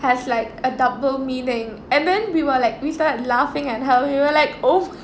has like a double meaning and then we were like we started laughing and how we were like oh